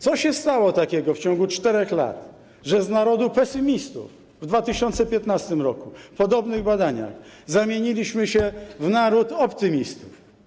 Co się takiego stało w ciągu 4 lat, że z narodu pesymistów w 2015 r., w podobnych badaniach, zamieniliśmy się w naród optymistów?